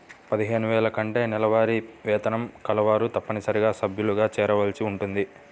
పదిహేను వేల కంటే నెలవారీ వేతనం కలవారు తప్పనిసరిగా సభ్యులుగా చేరవలసి ఉంటుంది